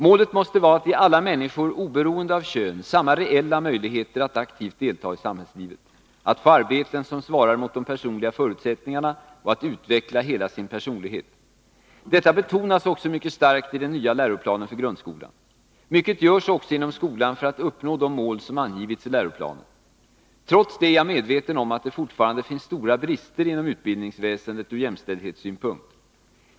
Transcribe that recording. Målet måste vara att ge alla människor oberoende av kön samma reella möjligheter att aktivt delta i samhällslivet, att få arbeten som svarar mot de personliga förutsättningarna och att utveckla hela sin personlighet. Detta betonas också mycket starkt i den nya läroplanen för grundskolan . Mycket görs också inom skolan för att uppnå de mål som angivits i läroplanen. Trots detta är jag medveten om att det fortfarande finns stora brister inom utbildningsväsendet ur jämställdhetssynpunkt.